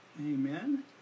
Amen